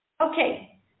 Okay